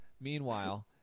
meanwhile